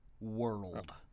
world